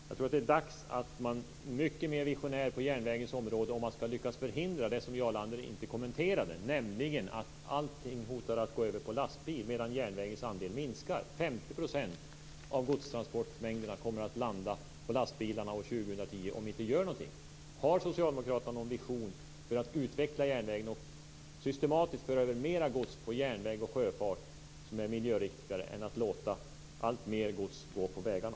Jag menar att det är dags att bli mycket mer visionär på järnvägens område, om man ska lyckas förhindra det som Jarl Lander inte kommenterade, nämligen att allting hotar att gå över på lastbil medan järnvägens andel minskar. Om vi inte gör någonting kommer 50 % av godstransportmängderna att landa på lastbilarna år 2010. Har socialdemokraterna någon vision för att utveckla järnvägen och för att systematiskt föra över mera gods på järnväg och sjöfart, vilket är miljöriktigare än att låta alltmer gods gå på vägarna?